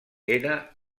era